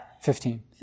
Fifteen